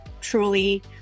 truly